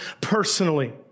personally